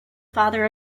father